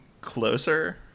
closer